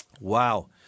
wow